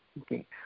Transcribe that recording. Okay